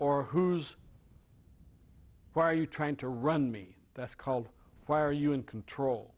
or who's who are you trying to run me that's called why are you in control